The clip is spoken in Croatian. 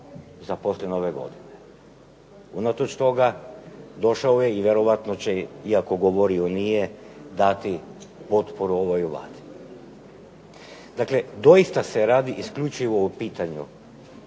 za poslije Nove godine. Unatoč toga došao je i vjerojatno će, iako govorio nije, dati potporu ovoj Vladi. Dakle, doista se radi isključivo o pitanju